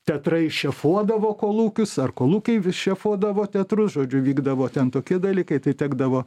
teatrai šefuodavo kolūkius ar kolūkiai vis šefuodavo teatrus žodžiu vykdavo ten tokie dalykai tai tekdavo